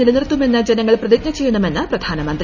നിലനിർത്തുമെന്ന് ജനങ്ങൾ പ്രതിജ്ഞ ചെയ്യണമെന്ന് പ്രധാനമന്ത്രി